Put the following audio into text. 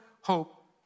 hope